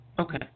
Okay